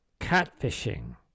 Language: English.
catfishing